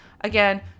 Again